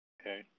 Okay